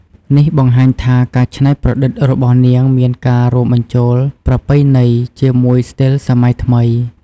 នេះបង្ហាញថា ការច្នៃប្រឌិតរបស់នាងមានការរួមបញ្ចូលប្រពៃណីជាមួយស្ទីលសម័យថ្មី។